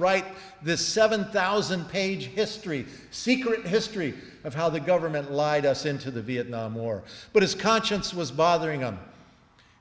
write this seven thousand page history secret history of how the government lied us into the vietnam war but his conscience was bothering on